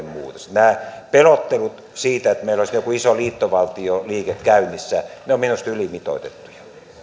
nämä pelottelut siitä että meillä olisi joku iso liittovaltio liike käynnissä ovat minusta ylimitoitettuja